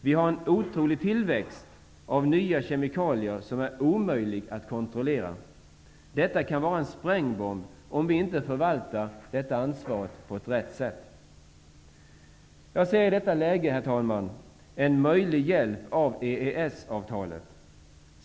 Vi har en otrolig tillväxt av nya kemikalier som är omöjlig att kontrollera. Detta kan vara en sprängbomb om vi inte förvaltar ansvaret på rätt sätt. Jag ser i detta läge, herr talman, en möjlig hjälp i EES-avtalet.